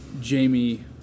Jamie